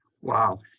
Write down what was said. Wow